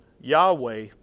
Yahweh